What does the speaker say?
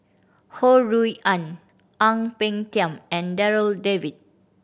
Ho Rui An Ang Peng Tiam and Darryl David